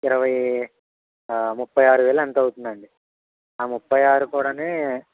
ఇరవై ముప్పై ఆరు వేలు ఎంతో అవుతుందండి ఆ ముప్పై ఆరు కూడా